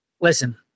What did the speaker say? Listen